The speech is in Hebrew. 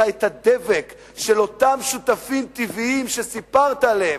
את הדבק של אותם שותפים טבעיים שסיפרת עליהם,